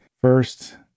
First